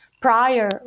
prior